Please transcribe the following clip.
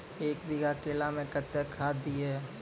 एक बीघा केला मैं कत्तेक खाद दिये?